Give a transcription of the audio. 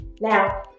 Now